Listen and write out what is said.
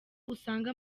usanga